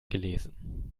gelesen